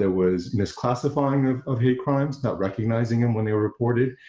there was misclassifying of of hate crimes, not recognizing him when they were reported,